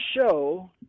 show